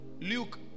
Luke